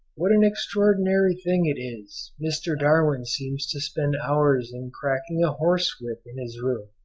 what an extraordinary thing it is, mr. darwin seems to spend hours in cracking a horse-whip in his room,